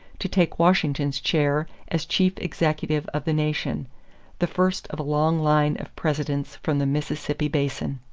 to take washington's chair as chief executive of the nation the first of a long line of presidents from the mississippi basin.